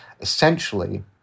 essentially